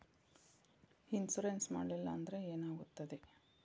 Insurance ಮಾಡಲಿಲ್ಲ ಅಂದ್ರೆ ಏನಾಗುತ್ತದೆ?